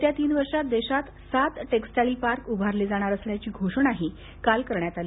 येत्या तीन वर्षांत देशात सात टेक्सटाइल पार्क उभारले जाणार असल्याची घोषणाही काल करण्यात आली